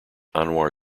anwar